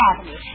Avenue